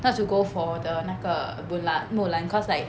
not to go for the 那个 bula~ mulan cause like